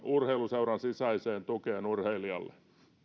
urheiluseuran sisäiseen tukeen urheilijalle